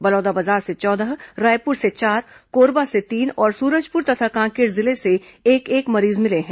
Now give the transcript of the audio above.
बलौदाबाजार से चौदह रायपुर से चार कोरबा से तीन और सूरजपुर तथा कांकेर जिले से एक एक मरीज मिले हैं